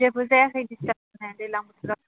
जेबो जायाखै डिसटार्बनो दैज्लां बोथोरआव